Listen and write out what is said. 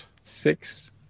six